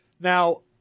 Now